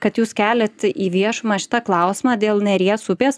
kad jūs keliat į viešumą šitą klausimą dėl neries upės